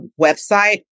website